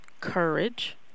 courage